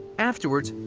afterwards,